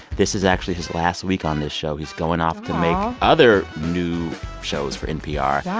this is actually his last week on this show. he's going off to make other new shows for npr.